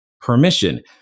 permission